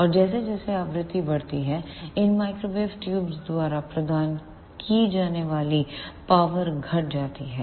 और जैसे जैसे आवृत्ति बढ़ती है इन माइक्रोवेव ट्यूबों द्वारा प्रदान की जाने वाली पावर घट जाती है